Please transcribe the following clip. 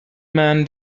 man